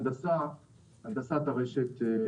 אנחנו בהנחיית המנכ"ל משקיעים המון מאמצים לעמוד